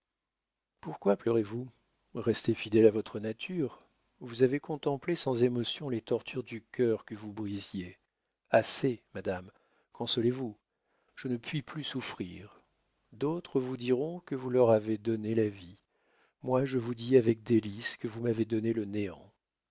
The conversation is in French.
pourquoi pleurez-vous restez fidèle à votre nature vous avez contemplé sans émotion les tortures du cœur que vous brisiez assez madame consolez-vous je ne puis plus souffrir d'autres vous diront que vous leur avez donné la vie moi je vous dis avec délices que vous m'avez donné le néant